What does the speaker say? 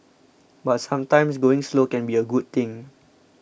but sometimes going slow can be a good thing